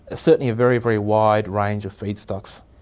ah certainly a very, very wide range of feedstocks.